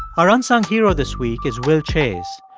our unsung hero this week is will chase.